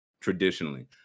traditionally